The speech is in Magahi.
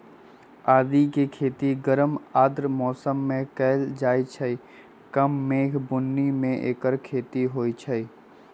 आदिके खेती गरम आर्द्र मौसम में कएल जाइ छइ कम मेघ बून्नी में ऐकर खेती होई छै